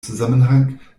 zusammenhang